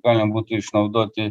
galima būtų išnaudoti